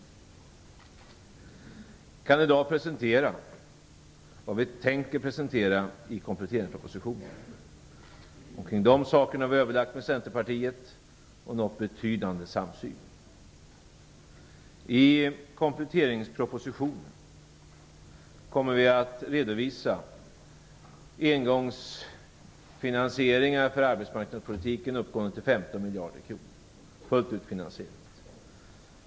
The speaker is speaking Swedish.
Jag kan i dag presentera vad vi tänker presentera i kompletteringspropositionen. Om detta har vi överlagt med Centerpartiet och uppnått en betydande samsyn. I kompletteringspropositionen kommer vi att redovisa engångsfinansieringar för arbetsmarknadspolitiken uppgående till 15 miljarder kronor, fullt ut finansierat.